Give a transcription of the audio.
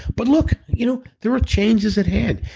but look, you know there were changes at hand.